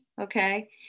Okay